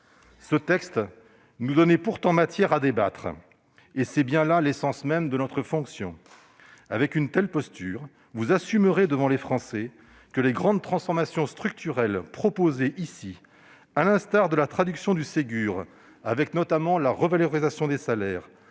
Ce texte nous donnait pourtant matière à débattre, et c'est bien là l'essence même de notre fonction. Avec une telle posture, vous assumerez de dire aux Français que les grandes transformations structurelles proposées ici, à l'instar de la traduction du Ségur, avec notamment la revalorisation des salaires,